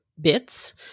bits